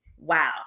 wow